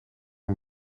een